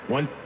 One